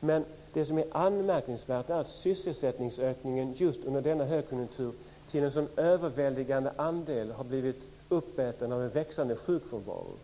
men vad som är anmärkningsvärt är att sysselsättningsökningen just under denna högkonjunktur till en så överväldigande del blivit uppäten av en växande sjukfrånvaro.